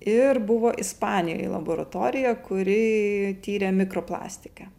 ir buvo ispanijoj laboratorija kuri tyrė mikroplastiką